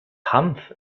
hanf